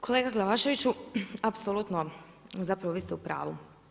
Kolega Glavaševiću, apsolutno zapravo vi ste u pravu.